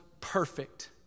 perfect